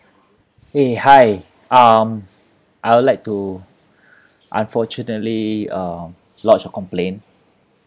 !hey! hi um I would like to unfortunately um lodge a complaint